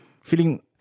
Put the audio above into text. feeling